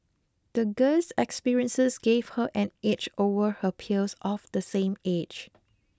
the girl's experiences gave her an edge over her peers of the same age